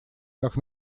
как